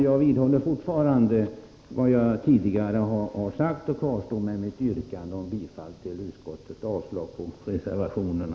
Jag vidhåller vad jag tidigare sagt liksom mitt yrkande om bifall till utskottets hemställan, som innebär avslag på reservationerna.